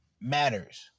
matters